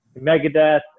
Megadeth